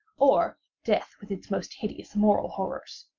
or death with its most hideous moral horrors.